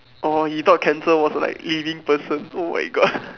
orh he thought cancer was like leading person oh my god